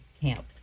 camp